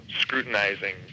scrutinizing